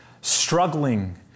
struggling